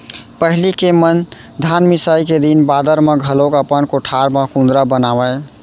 पहिली के मन धान मिसाई के दिन बादर म घलौक अपन कोठार म कुंदरा बनावयँ